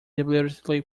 deliberately